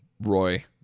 Roy